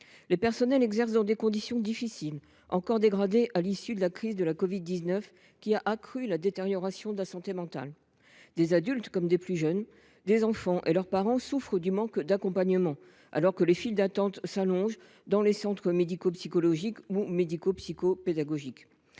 Le personnel exerce dans des conditions difficiles, qui se sont encore dégradées à l’issue de la crise de covid 19, laquelle a d’autant plus détérioré la santé mentale des adultes comme des plus jeunes. Ainsi, des enfants et leurs parents souffrent d’un manque d’accompagnement et les files d’attente s’allongent dans les centres médico psychologiques ou médico psycho pédagogiques.